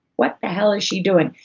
what the hell is she doing?